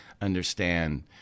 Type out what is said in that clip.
understand